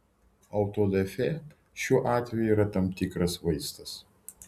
autodafė šiuo atveju yra tam tikras vaistas